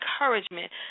encouragement